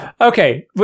Okay